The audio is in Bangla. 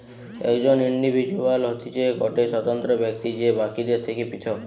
একজন ইন্ডিভিজুয়াল হতিছে গটে স্বতন্ত্র ব্যক্তি যে বাকিদের থেকে পৃথক